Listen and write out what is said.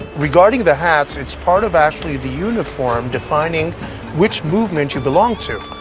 regarding the hats, it's part of, actually, the uniform defining which movement you belong to.